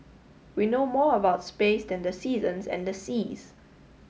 we know more about space than the seasons and the seas